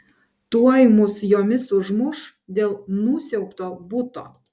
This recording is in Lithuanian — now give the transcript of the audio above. tuoj mus jomis užmuš dėl nusiaubto buto